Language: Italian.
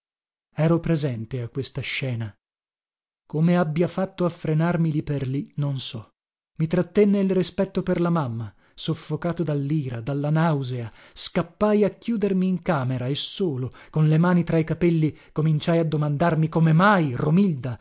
ero presente a questa scena come abbia fatto a frenarmi lì per lì non so i trattenne il rispetto per la mamma soffocato dallira dalla nausea scappai a chiudermi in camera e solo con le mani tra i capelli cominciai a domandarmi come mai romilda